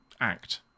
act